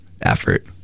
effort